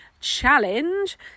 challenge